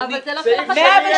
אדוני --- אבל זה לא של החשב הכללי.